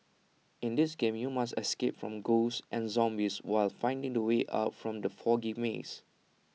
in this game you must escape from ghosts and zombies while finding the way out from the foggy maze